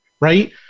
right